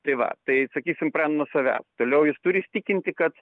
tai va tai sakysim pradedam nuo savęs toliau jis turi įsitikinti kad